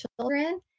children